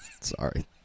Sorry